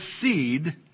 seed